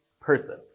person